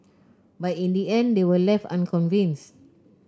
but in the end they were left unconvinced